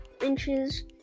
inches